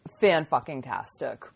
fan-fucking-tastic